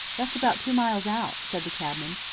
that's about two miles out, said the cabman.